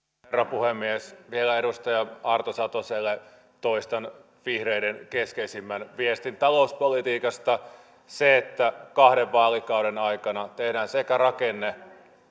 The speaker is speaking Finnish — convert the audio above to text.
puhemies vielä edustaja arto satoselle toistan vihreiden keskeisimmän viestin talouspolitiikasta sen että kahden vaalikauden aikana tehdään sekä rakenne